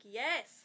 yes